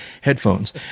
Headphones